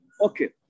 okay